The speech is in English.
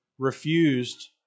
refused